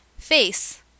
Face